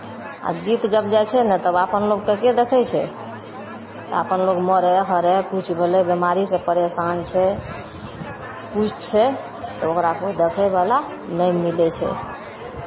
आ जीत जब जाइ छै ने तब अपन लोककेँ के देखै छै अपन लोक मरय हरय किछु भेलय बेमारीसँ परेशान छै किछु छै तऽ ओकरा कोइ देखयवला नहि मिलै छै